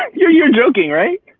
um you're you're joking, right?